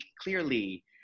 clearly